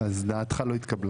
אז דעתך לא התקבלה.